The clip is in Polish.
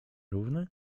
równy